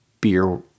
beer